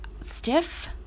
stiff